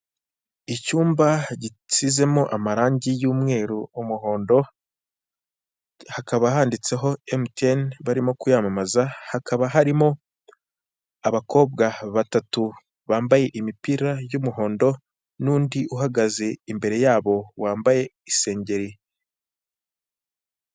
Icyumba gisizemo amarangi y'umweru, umuhondo, hakaba handitseho emutiyene barimo kwiyamamaza, hakaba harimo abakobwa batatu bambaye imipira y'umuhondo n'undi uhagaze imbere yabo wambaye isengeri.